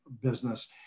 business